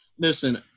Listen